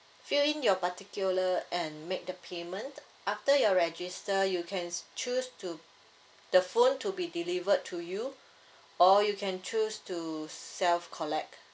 fill in your particular and make the payment after you're registered you can choose to the phone to be delivered to you or you can choose to self collect